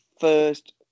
first